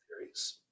theories